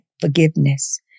forgiveness